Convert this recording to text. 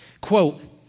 quote